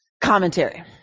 commentary